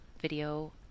video